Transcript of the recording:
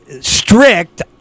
strict